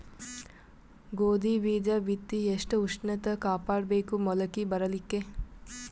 ಗೋಧಿ ಬೀಜ ಬಿತ್ತಿ ಎಷ್ಟ ಉಷ್ಣತ ಕಾಪಾಡ ಬೇಕು ಮೊಲಕಿ ಬರಲಿಕ್ಕೆ?